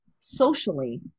socially